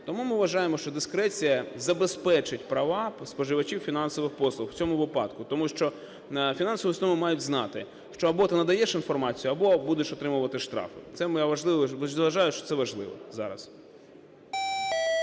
Тому ми вважаємо, що дискреція забезпечить права споживачів фінансових послуг в цьому випадку, тому що фінансові установи мають знати, що або ти надаєш інформацію, або будеш отримувати штрафи. Це моя важлива… вважаю, що це важливо зараз.